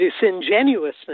disingenuousness